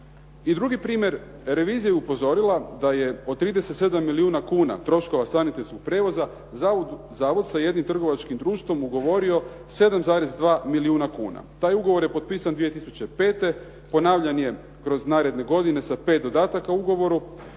drugi primjer, revizija je upozorila da je od 37 milijuna kuna troškova sanitetskog prijevoza, zavod sa jednim trgovačkim društvom ugovorio 7,2 milijuna kuna. Taj ugovor je potpisan 2005., ponavljan je kroz naredne godine sa 5 dodataka ugovoru.